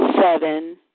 seven